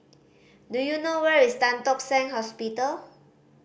do you know where is Tan Tock Seng Hospital